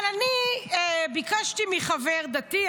אבל אני ביקשתי מחבר דתי,